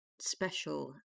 special